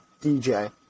DJ